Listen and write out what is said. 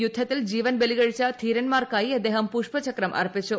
യുദ്ധത്തിൽ ജീവൻ ബലികഴിച്ച ധീരൻമാർക്കായി അദ്ദേഹം പുഷ്പചക്രം അർപ്പിച്ചു